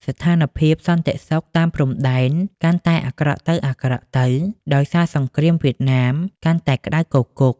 ស្ថានភាពសន្តិសុខតាមព្រំដែនកាន់តែអាក្រក់ទៅៗ ដោយសារសង្គ្រាមវៀតណាមកាន់តែក្តៅគគុក។